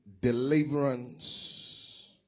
deliverance